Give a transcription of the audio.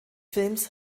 films